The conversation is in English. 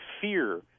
fear